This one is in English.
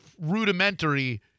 rudimentary